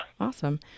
Awesome